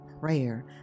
Prayer